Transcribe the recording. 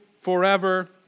forever